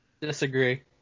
Disagree